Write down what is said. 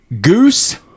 Goose